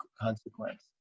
consequence